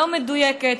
לא מדויקת.